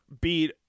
beat –